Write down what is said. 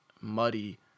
muddy